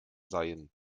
seien